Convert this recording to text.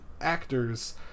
actors